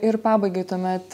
ir pabaigai tuomet